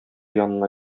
янына